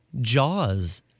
Jaws